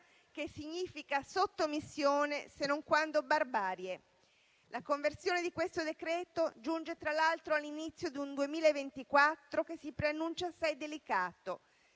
che significa sottomissione, se non quando barbarie. La conversione di questo decreto-legge giunge, tra l'altro, all'inizio di un 2024 che si preannuncia assai delicato,